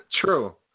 True